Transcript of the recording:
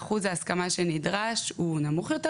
אחוז ההסכמה שנדרש הוא נמוך יותר,